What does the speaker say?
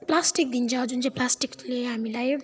plastic दिन्छ जुन चाहिँ प्लास्टिकले हामीलाई